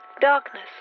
darkness